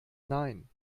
nein